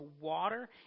water